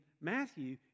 Matthew